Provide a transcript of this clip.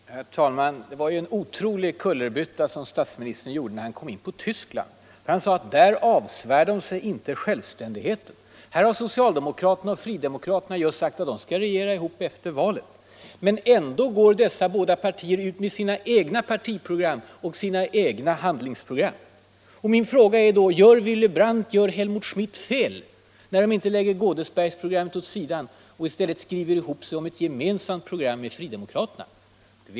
Herr talman! Det var en otrolig kullerbytta som statsministern gjorde när han kom in på Tyskland. Herr Palme sade att där avsvär sig regeringspartierna inte självständigheten. Men där har socialdemokraterna och fridemokraterna just sagt att de skall regera tillsammans efter valet. Ändå går dessa båda parier ut med sina egna partiprogram och sina egna handlingsprogram. Min fråga är därför: Gör Willy Brandt och Helmut Schmidt fel när de inte lägger Godesbergprogrammet åt sidan? Skall de i stället skriva ihop sig med fridemokraterna om ett gemensamt program?